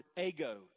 ego